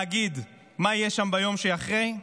להגיד מה יהיה שם ביום שאחרי,